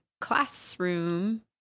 classroom